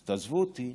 אז תעזבו אותי.